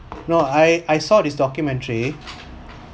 no I I saw this documentary